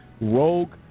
rogue